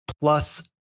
plus